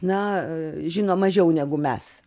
na žino mažiau negu mes